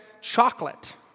chocolate